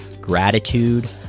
gratitude